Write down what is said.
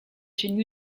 chaîne